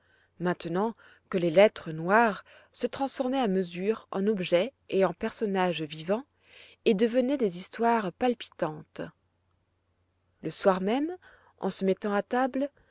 maintenant que les lettres noires se transformaient à mesure en objets et en personnages vivants et devenaient des histoires palpitantes le soir même en se mettant à table